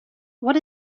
what